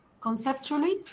conceptually